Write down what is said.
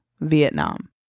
Vietnam